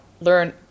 learn